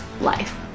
life